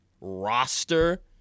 roster